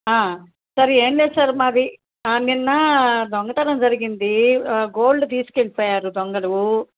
sir ఏమిలేదు sir మాది నిన్న దొంగతనం జరిగింది గోల్డ్ తీసుకెళ్ళిపోయారు దొంగలు